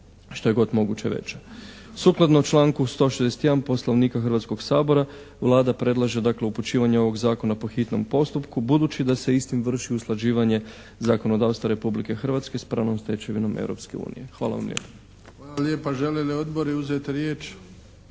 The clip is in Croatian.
Hvala vam lijepo.